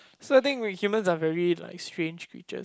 so I think we humans are very like strange creatures